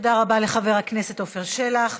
תודה רבה לחבר הכנסת עפר שלח.